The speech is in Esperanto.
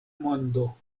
mondo